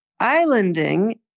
islanding